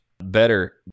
better